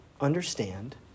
understand